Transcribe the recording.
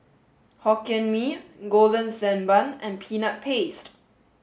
Hokkien Hee Holden Sand Bun and peanut paste